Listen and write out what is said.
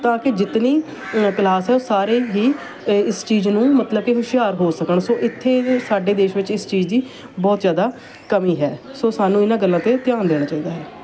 ਤਾਂ ਕਿ ਜਿਤਨੀ ਕਲਾਸ ਆ ਉਹ ਸਾਰੇ ਹੀ ਇਸ ਚੀਜ਼ ਨੂੰ ਮਤਲਬ ਕਿ ਹੁਸ਼ਿਆਰ ਹੋ ਸਕਣ ਸੋ ਇੱਥੇ ਸਾਡੇ ਦੇਸ਼ ਵਿੱਚ ਇਸ ਚੀਜ਼ ਦੀ ਬਹੁਤ ਜ਼ਿਆਦਾ ਕਮੀ ਹੈ ਸੋ ਸਾਨੂੰ ਇਹਨਾਂ ਗੱਲਾਂ 'ਤੇ ਧਿਆਨ ਦੇਣਾ ਚਾਹੀਦਾ ਹੈ